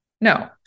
No